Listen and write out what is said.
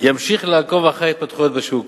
ימשיך לעקוב אחר ההתפתחויות בשוק.